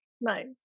nice